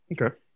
Okay